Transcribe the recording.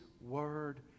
word